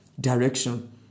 direction